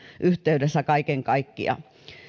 yhteydessä kaiken kaikkiaan